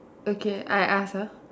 okay I ask ah